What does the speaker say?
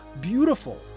beautiful